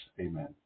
Amen